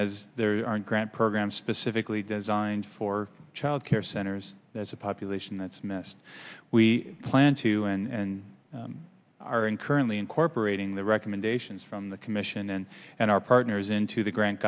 as there aren't grant programs specifically designed for child care centers there's a population that's missed we plan to and are in currently incorporating the recommendations from the commission and our partners into the grant